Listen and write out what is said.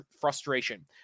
frustration